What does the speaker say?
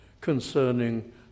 concerning